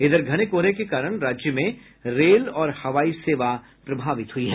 इधर घने कोहरे के कारण राज्य में रेल और हवाई सेवा प्रभावित हुई है